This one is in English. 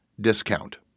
discount